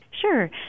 Sure